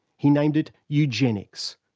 he named it eugenics,